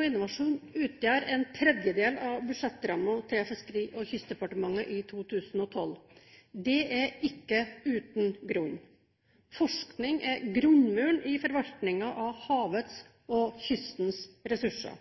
og innovasjon utgjør en tredel av budsjettrammen til Fiskeri- og kystdepartementet i 2012. Det er ikke uten grunn. Forskning er grunnmuren i forvaltningen av havets og kystens ressurser.